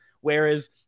whereas